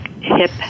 hip